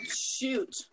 shoot